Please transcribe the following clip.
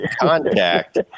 contact